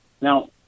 now